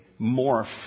morph